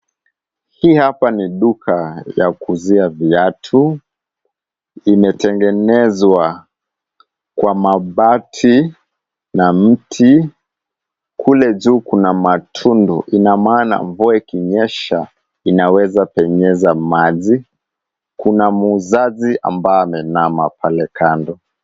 Hili hapa ni duka la kuuza viatu. Limetengenezwa kwa mabati na miti. Kule juu kuna matundu. Ina maana mvua ikinyesha inaweza penyeza maji. Kuna muuzaji ambaye ameinama pale kando.